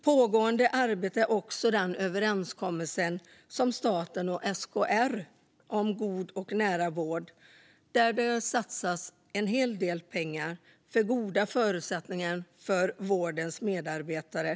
Pågående arbete är därtill den överenskommelse som staten och SKR har om god och nära vård där det satsas en hel del pengar för goda förutsättningar för vårdens medarbetare.